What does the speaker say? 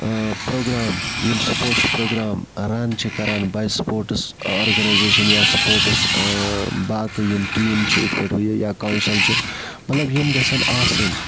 programme یِم sports program run چھِ کَران بَجہ سپوٹس آرگَنایزیشَن یا سپوٹس باقی یِم ٹیٖم چھِ یِتھ پٲٹھۍ یا کونٛسل چھِ یِم گَژھَن آسٕنۍ